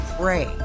pray